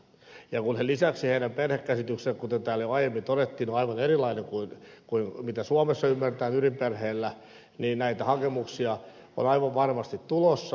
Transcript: kun lisäksi heidän perhekäsityksensä kuten täällä jo aiemmin todettiin on aivan erilainen kuin mitä suomessa ymmärretään ydinperheellä niin näitä hakemuksia on aivan varmasti tulossa